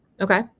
Okay